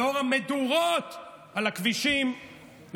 לנוכח המדורות על הכבישים,